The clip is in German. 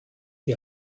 die